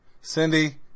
Cindy